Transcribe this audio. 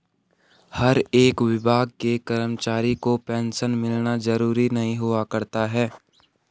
हर एक विभाग के कर्मचारी को पेन्शन मिलना जरूरी नहीं हुआ करता है